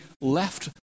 left